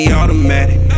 automatic